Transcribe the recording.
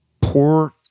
poor